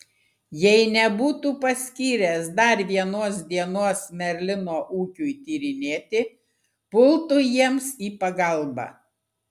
jei nebūtų paskyręs dar vienos dienos merlino ūkiui tyrinėti pultų jiems į pagalbą